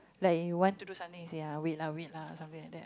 like you want to do something you say ah wait lah wait lah something like that